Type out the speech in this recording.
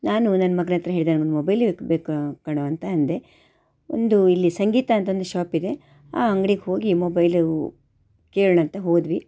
ನಾನು ನನ್ನ ಮಗ್ನ ಹತ್ತಿರ ಹೇಳಿದೆ ನಂಗೊಂದು ಮೊಬೈಲು ಬೇಕು ಕಣೋ ಅಂತ ಅಂದೆ ಒಂದು ಇಲ್ಲಿ ಸಂಗೀತ ಅಂತ ಒಂದು ಶಾಪಿದೆ ಆ ಅಂಗ್ಡಿಗೆ ಹೋಗಿ ಮೊಬೈಲು ಕೇಳೋಣ ಅಂತ ಹೋದ್ವಿ